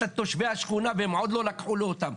תושבי השכונה והם עוד לא לקחו לו אותם.